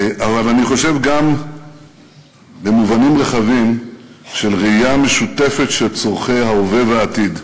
אבל אני חושב שגם במובנים רחבים של ראייה משותפת של צורכי ההווה והעתיד.